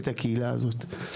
את הקהילה הזאת.